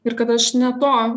ir kad aš ne to